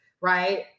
right